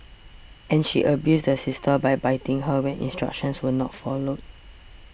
and she abused the sister by biting her when instructions were not followed